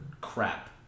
crap